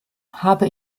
habe